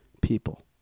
people